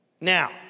Now